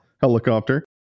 helicopter